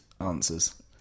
answers